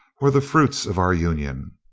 were the fruits of our union.